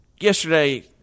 Yesterday